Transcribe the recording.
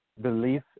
Belief